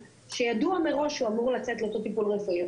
שידוע מראש שהוא אמור לצאת לאותו טיפול רפואי.